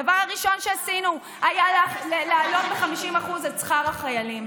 הדבר הראשון שעשינו היה להעלות ב-50% את שכר החיילים,